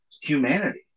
humanity